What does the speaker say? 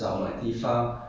vending machine